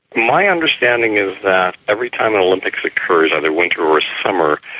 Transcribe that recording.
my understanding is that every time an olympics occurs, either winter or summer,